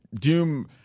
Doom